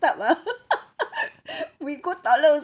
type ah we go toilet also